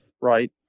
right